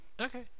Okay